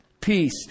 peace